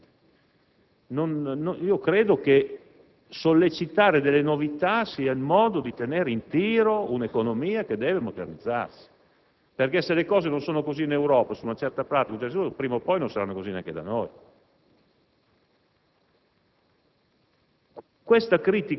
Non facciamo il bene di queste aziende. Io credo che sollecitare delle novità sia il modo di tener in tiro un'economia che deve modernizzarsi, perché se le cose non sono così in Europa su una certa pratica, prima o poi non saranno così neanche da noi.